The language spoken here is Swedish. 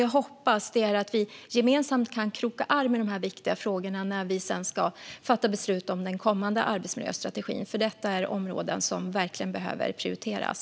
Jag hoppas att vi kan kroka arm i dessa viktiga frågor när vi sedan ska fatta beslut om den kommande arbetsmiljöstrategin, för detta är områden som verkligen behöver prioriteras.